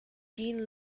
jeanne